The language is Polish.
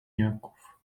jaków